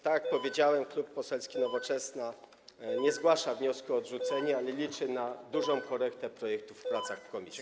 Tak jak powiedziałem, Klub Poselski Nowoczesna nie zgłasza wniosku o odrzucenie, ale liczy na dużą korektę projektu w czasie prac w komisji.